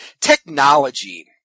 technology